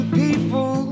people